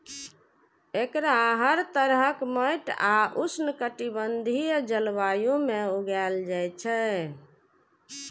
एकरा हर तरहक माटि आ उष्णकटिबंधीय जलवायु मे उगायल जाए छै